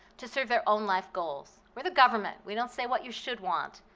to serve their own life goals. we're the government. we don't say what you should want.